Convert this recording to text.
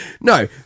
No